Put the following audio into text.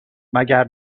مگر